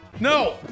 no